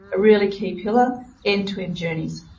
a really key pillar end to end journeys.